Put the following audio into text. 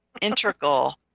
integral